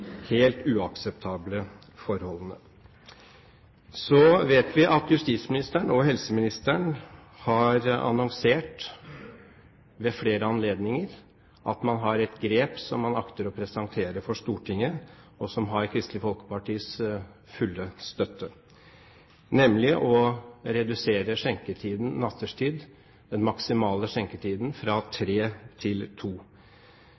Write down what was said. helt uakseptable forholdene. Så vet vi at justisministeren og helseministeren har annonsert ved flere anledninger at man har et grep som man akter å presentere for Stortinget, og som har Kristelig Folkepartis fulle støtte, nemlig å redusere den maksimale skjenketiden nattetid fra